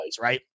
right